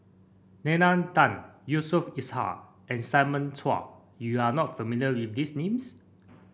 Nalla Tan Yusof Ishak and Simon Chua You are not familiar with these names